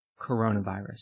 coronavirus